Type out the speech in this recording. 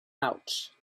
ouch